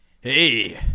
Hey